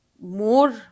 more